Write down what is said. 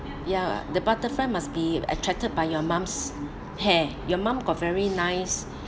ya the butterfly must be attracted by your mum's hair your mum got very nice